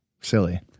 silly